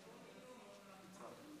גברתי